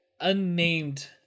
unnamed